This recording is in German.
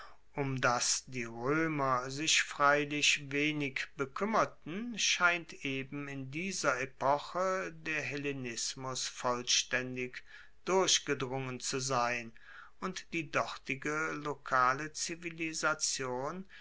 um das die roemer sich freilich wenig bekuemmerten scheint eben in dieser epoche der hellenismus vollstaendig durchgedrungen zu sein und die dortige lokale zivilisation